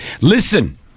Listen